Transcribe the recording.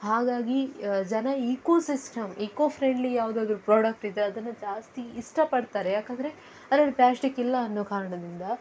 ಹಾಗಾಗಿ ಜನ ecosystem eco friendly ಯಾವುದಾದರೂ ಪ್ರಾಡಕ್ಟ್ ಇದ್ದರೆ ಅದನ್ನು ಜಾಸ್ತಿ ಇಷ್ಟಪಡ್ತಾರೆ ಯಾಕೆಂದರೆ ಅದರಲ್ಲಿ ಪ್ಲಾಸ್ಟಿಕ್ ಇಲ್ಲ ಅನ್ನೋ ಕಾರಣದಿಂದ